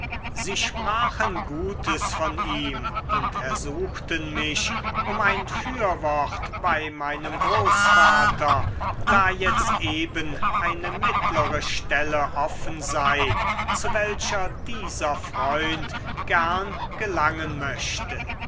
sie sprachen gutes von ihm und ersuchten mich um ein vorwort bei meinem großvater da jetzt eben eine mittlere stelle offen sei zu welcher dieser freund gern gelangen möchte